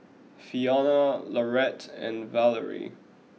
Fiona Laurette and Valerie